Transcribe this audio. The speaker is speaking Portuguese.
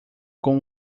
com